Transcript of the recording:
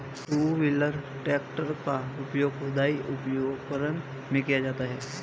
to wheeler tractor का प्रयोग खुदाई उपकरणों में किया जाता हैं